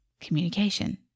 communication